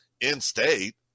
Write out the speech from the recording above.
In-state